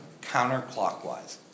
counterclockwise